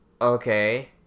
Okay